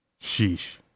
Sheesh